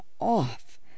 off